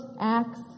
acts